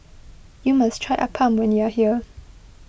you must try Appam when you are here